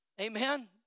Amen